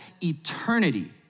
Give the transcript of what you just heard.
eternity